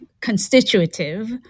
constitutive